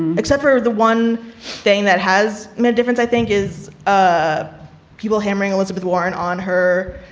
except for the one thing that has made a difference, i think, is ah people hammering elizabeth warren on her